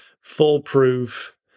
foolproof